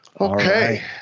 Okay